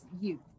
youth